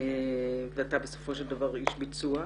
ואתה בסופו של דבר איש ביצוע.